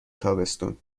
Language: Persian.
تابستون